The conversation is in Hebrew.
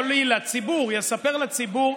לא לי, לציבור, יספר לציבור,